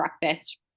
breakfast